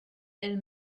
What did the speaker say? elle